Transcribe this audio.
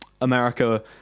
America